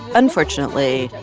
unfortunately,